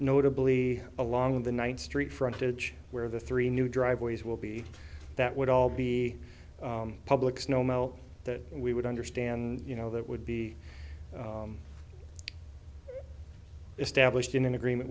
notably along the ninth street frontage where the three new driveways will be that would all be public snow melt that we would understand you know that would be established in an agreement